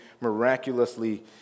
miraculously